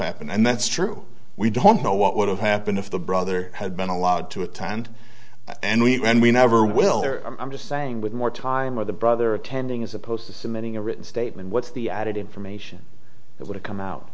happened and that's true we don't know what would have happened if the brother had been allowed to attend and we and we never will i'm just saying with more time with the brother attending as opposed to cementing a written statement what's the added information that would come out